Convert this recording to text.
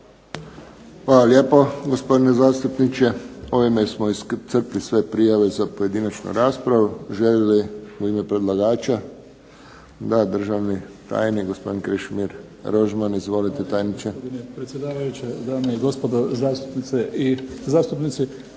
Hvala lijepo gospodine zastupniče. Ovime smo iscrpili sve prijave za pojedinačnu raspravu. Želi li u ime predlagača? Da. Državni tajnik gospodin Krešimir Rožman. Izvolite predsjedavajući.